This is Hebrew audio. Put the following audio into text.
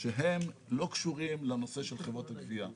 שהם לא קשורים לנושא של חברות הגבייה.